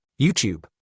YouTube